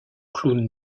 clown